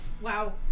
Wow